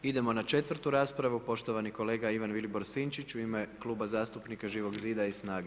Idemo na 4. raspravu, poštovani kolega Ivan Vilibor Sinčić u ime Kluba zastupnika Živog zida i SNAGA-e.